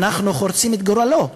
אנחנו חורצים את גורלו כמעט.